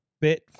bit